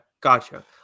gotcha